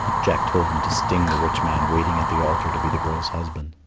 jack told them to sting the rich man waiting at the altar to be the girl's husband.